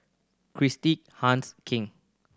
Christi Hans King